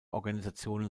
organisationen